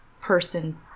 person